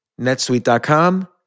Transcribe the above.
Netsuite.com